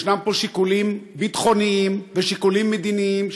יש פה שיקולים ביטחוניים ושיקולים מדיניים,